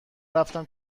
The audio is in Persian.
رفتم